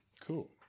Cool